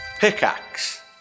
Pickaxe